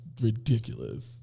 ridiculous